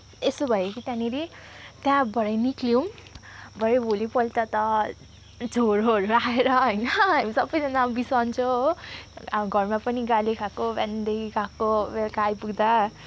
यसो भयो के त्यहाँनिर त्यहाँ भरे निक्लियौँ भरे भोलिपल्ट त जरोहरू आएर होइन हामी सबैजना बिसन्चो हो अब घरमा पनि गाली खाएको बिहानदेखि गएको बेलुका आइपुग्दा